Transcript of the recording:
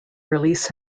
release